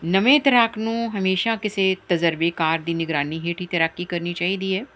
ਨਵੇਂ ਤੈਰਾਕ ਨੂੰ ਹਮੇਸ਼ਾ ਕਿਸੇ ਤਜ਼ਰਬੇਕਾਰ ਦੀ ਨਿਗਰਾਨੀ ਹੇਠ ਹੀ ਤੈਰਾਕੀ ਕਰਨੀ ਚਾਹੀਦੀ ਹੈ